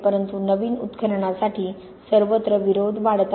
परंतु नवीन उत्खननासाठी सर्वत्र विरोध वाढत आहे